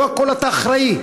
לא לכול אתה אחראי.